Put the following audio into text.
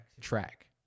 track